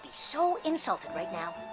so insulted right now.